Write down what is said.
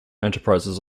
enterprises